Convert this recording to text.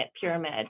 pyramid